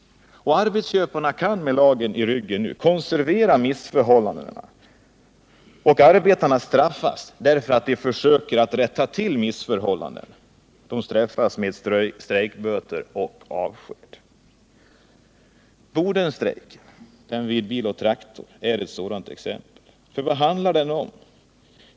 Arbetsköparna kan med lagen i ryggen konservera missförhållandena. Arbetarna straffas med strejkböter och avsked, därför att de försöker att rätta till missförhållandena. Bodenstrejken — vid Bil & Traktor — är ett exempel på detta. Vad handlar den strejken om?